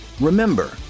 Remember